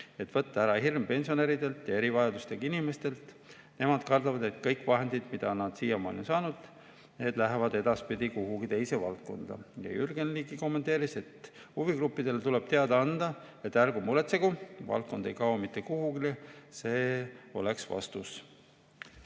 et võtta ära hirm pensionäridelt ja erivajadustega inimestelt. Nemad kardavad, et kõik vahendid, mida nad siiamaani on saanud, lähevad edaspidi kuhugi teise valdkonda. Jürgen Ligi kommenteeris, et huvigruppidele tuleb teada anda, et ärgu muretsegu, valdkond ei kao mitte kuhugi. See oleks vastus.